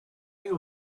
you